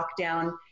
lockdown